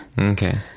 Okay